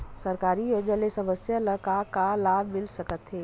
सरकारी योजना ले समस्या ल का का लाभ मिल सकते?